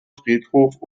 friedhof